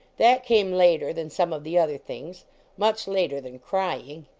that came later than some of the other things much later than crying.